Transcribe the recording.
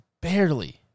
barely